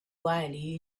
wildly